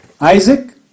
Isaac